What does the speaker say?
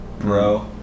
Bro